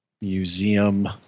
Museum